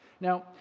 Now